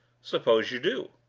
suppose you do?